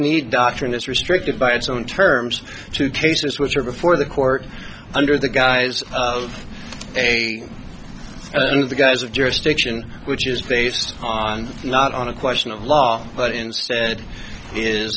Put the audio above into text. need doctrine is restricted by its own terms two cases which are before the court under the guise of the guise of jurisdiction which is based on not on a question of law but instead is